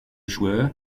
joueur